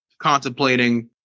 contemplating